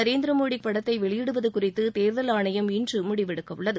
நரேந்திர மோடி படத்தை வெளியிடுவது குறித்து தேர்தல் ஆணையம் இன்று முடிவெடுக்கவுள்ளது